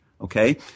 Okay